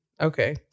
Okay